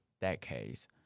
decades